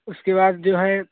اس کے بعد جو ہے